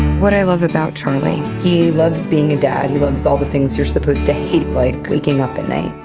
what i love about charlie. he loves being a dad, he loves all the things you're supposed to hate, like waking up at night.